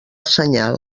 senyal